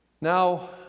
Now